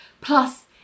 Plus